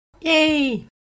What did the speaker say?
yay